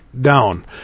down